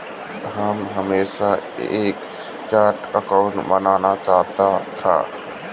वह हमेशा से एक चार्टर्ड एकाउंटेंट बनना चाहता था